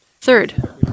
Third